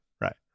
Right